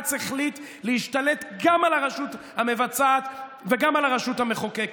הבג"ץ החליט להשתלט גם על הרשות המבצעת וגם על הרשות המחוקקת.